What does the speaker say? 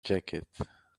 jacket